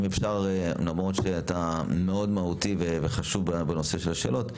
למרות שאתה מאוד מהותי וחשוב בנושא של השאלות,